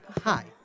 Hi